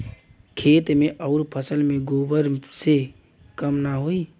खेत मे अउर फसल मे गोबर से कम ना होई?